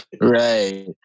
Right